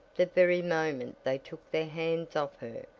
the very moment they took their hands off her,